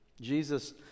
Jesus